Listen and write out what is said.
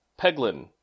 Peglin